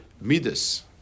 midas